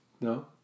No